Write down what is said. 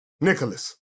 Nicholas